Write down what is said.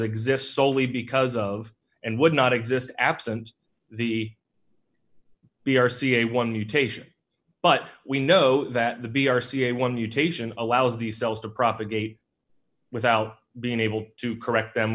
exist solely because of and would not exist absent the b r c a one mutation but we know that the b r c a one mutation allows these cells to propagate without being able to correct them